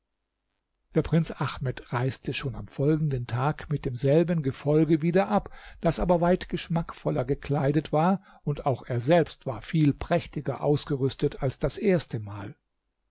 der prinz ahmed reiste schon am folgenden tag mit demselben gefolge wieder ab das aber weit geschmackvoller gekleidet war und auch er selbst war viel prächtiger ausgerüstet als das erste mal